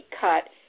cut